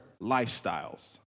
lifestyles